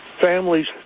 families